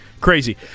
Crazy